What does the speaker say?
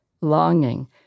longing